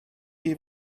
chi